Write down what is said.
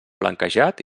blanquejat